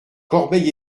corbeil